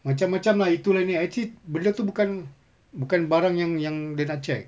macam macam lah itu lah ini actually benda tu bukan bukan barang yang yang dia nak check